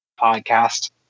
podcast